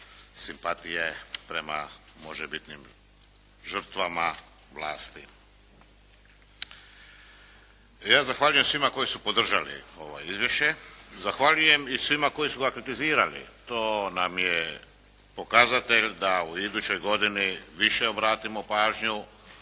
simpatije prema možebitnim žrtvama vlasti. Ja se zahvaljujem svima koji su podržali ovo izvješće. Zahvaljujem i svima koji su ga kritizirali. To nam je pokazatelj da u idućoj godini više obratimo pažnju